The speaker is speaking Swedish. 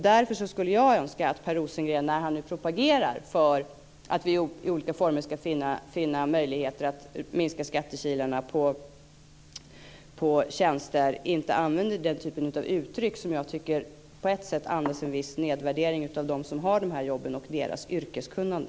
Därför skulle jag önska att Per Rosengren, när han nu propagerar för att i olika former finna möjligheter att minska skattekilarna vad gäller tjänster inte använder nämnda typ av uttryck, som jag tycker på ett sätt andas en viss nedvärdering av dem som har de här jobben och av deras yrkeskunnande.